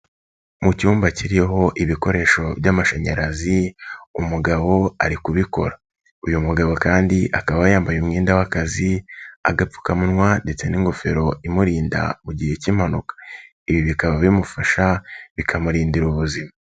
Mu cyumba kiriho ibikoresho by'amashanyarazi umugabo ari kubikora, uyu mugabo kandi akaba yambaye umwenda w'akazi, agapfukamunwa ndetse n'ingofero imurinda mu gihe cy'impanuka, ibi bikaba bimufasha bikamurindira ubuzima.